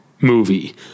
movie